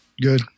good